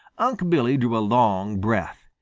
unc' billy drew a long breath.